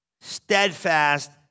steadfast